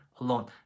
alone